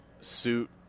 suit